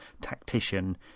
tactician